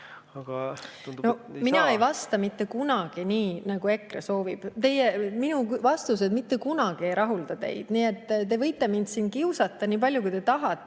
Mina ei vasta mitte kunagi nii, nagu EKRE soovib. Minu vastused mitte kunagi ei rahulda teid, nii et te võite mind kiusata nii palju, kui te tahate,